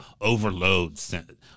overload